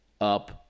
up